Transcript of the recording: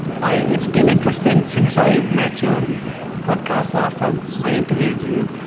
i, it's been interesting since i met you on the podcast last time i interviewed you,